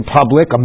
public